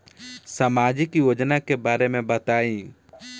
सामाजिक योजना के बारे में बताईं?